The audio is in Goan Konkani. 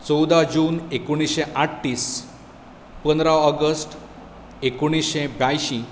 चवदा जून एकुणशे आठतीस पंदरा ऑगस्ट एकुणशे ब्यांयशी